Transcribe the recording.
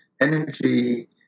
energy